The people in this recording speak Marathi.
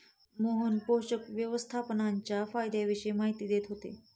मोहन पोषक व्यवस्थापनाच्या फायद्यांविषयी माहिती देत होते